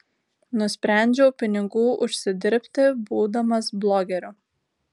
nusprendžiau pinigų užsidirbti būdamas blogeriu